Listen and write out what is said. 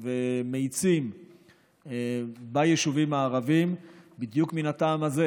ומאיצים ביישובים הערביים בדיוק מן הטעם הזה,